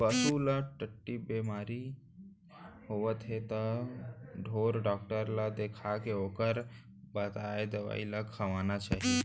पसू ल टट्टी बेमारी होवत हे त ढोर डॉक्टर ल देखाके ओकर बताए दवई ल खवाना चाही